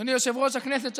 אדוני יושב-ראש הכנסת,